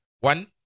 one